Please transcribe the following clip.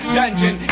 dungeon